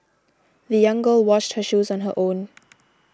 the young girl washed her shoes on her own